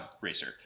Racer